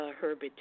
Herbert